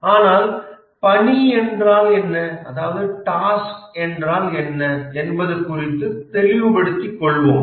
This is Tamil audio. ஆனால் பணி என்றால் என்ன என்பது குறித்து தெளிவுபடுத்திக்கொள்வோம்